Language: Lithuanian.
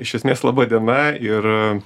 iš esmės laba diena ir